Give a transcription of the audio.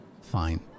fine